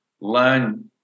learn